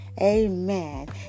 Amen